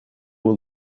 will